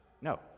No